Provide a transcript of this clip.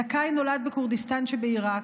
זכאי נולד בכורדיסטן שבעיראק,